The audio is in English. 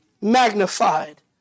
magnified